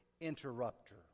interrupter